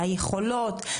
היכולות,